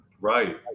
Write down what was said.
Right